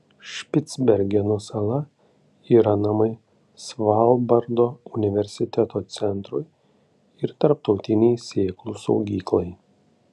špicbergeno sala yra namai svalbardo universiteto centrui ir tarptautinei sėklų saugyklai